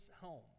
home